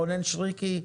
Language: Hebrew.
רונן שריקי,